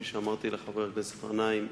כפי שאמרתי לחבר הכנסת גנאים,